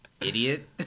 Idiot